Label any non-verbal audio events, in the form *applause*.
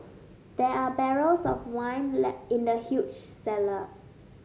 there are barrels of wine *unintelligible* in the huge cellar